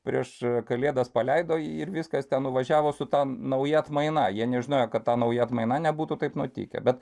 prieš kalėdas paleido ir viskas ten nuvažiavo su ta nauja atmaina jie nežinojo kad ta nauja atmaina nebūtų taip nutikę bet